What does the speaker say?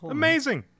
amazing